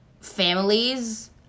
families